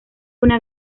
una